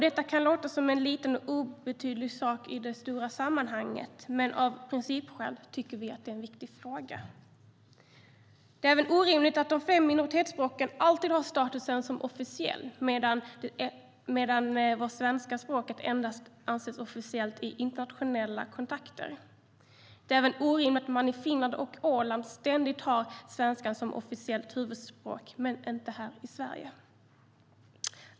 Det kan låta som en liten och obetydlig sak i det stora sammanhanget. Men av principskäl tycker vi att det är en viktig fråga. Det är orimligt att de fem minoritetsspråken alltid har statusen som officiella, medan svenska språket endast anses som officiellt i internationella sammanhang. Det är även orimligt att svenskan ständigt är officiellt huvudspråk i Finland och Åland men inte här i Sverige.